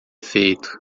feito